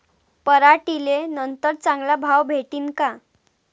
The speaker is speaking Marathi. पराटीले नंतर चांगला भाव भेटीन का?